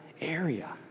area